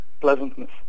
pleasantness